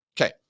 Okay